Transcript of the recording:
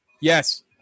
Yes